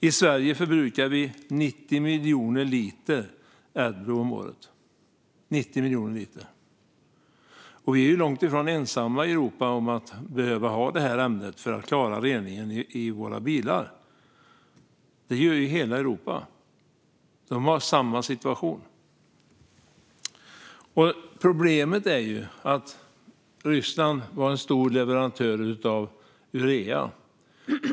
I Sverige förbrukar vi 90 miljoner liter Adblue om året, och vi är långt ifrån ensamma i Europa om att behöva det här ämnet för att klara reningen i våra bilar. Så är det i hela Europa; de har samma situation. Problemet är att Ryssland var en stor leverantör av urea.